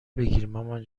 بگیرمامان